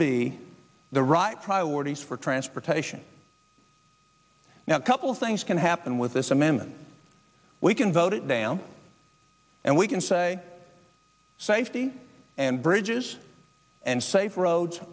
be the right priorities for transportation now couple things can happen with this amendment we can vote it down and we can say safety and bridges and safer roads